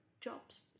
jobs